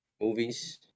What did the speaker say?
movies